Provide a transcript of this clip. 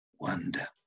wonder